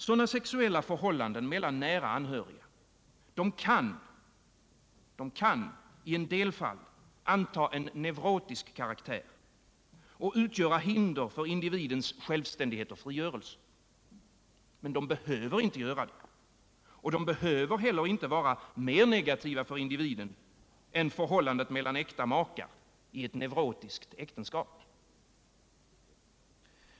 Sådana sexuella förhållanden mellan nära anhöriga kan i en del fall anta en neurotisk karaktär och utgöra hinder för individens självständighet och frigörelse. Men de behöver inte göra det. Och de behöver inte vara mer negativa för individen än förhållandet mellan äkta makar i ett neurotiskt äktenskap.